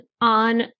on